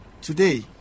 Today